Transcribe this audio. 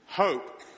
Hope